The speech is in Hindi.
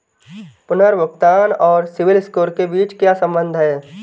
पुनर्भुगतान और सिबिल स्कोर के बीच क्या संबंध है?